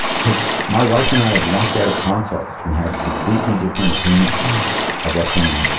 because my wife and i have walked out of consults and had completely different opinions of what's going on.